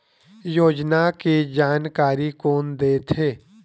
योजना के जानकारी कोन दे थे?